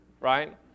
right